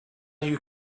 you